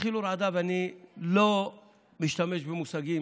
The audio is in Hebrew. אני לא משתמש במושגים,